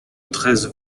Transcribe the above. treize